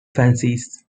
fancies